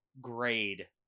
grade